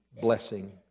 blessing